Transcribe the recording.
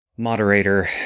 moderator